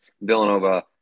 Villanova